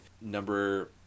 number